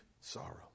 sorrow